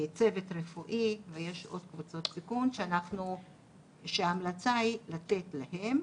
צוות רפואי ויש עוד קבוצות סיכון שההמלצה היא לתת להם.